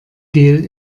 gel